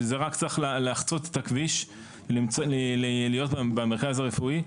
שזה רק צריך לחצות את הכביש להיות במרכז הרפואי,